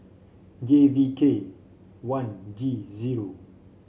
J V K one G zero